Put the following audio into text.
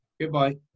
Goodbye